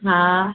हाँ